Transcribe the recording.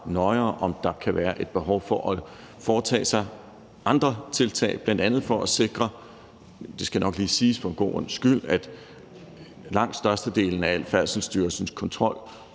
nøjere, om der kan være et behov for at foretage sig andre tiltag. Det skal nok lige siges for en god ordens skyld, at langt størstedelen af al Færdselsstyrelsens kontrol